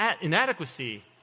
inadequacy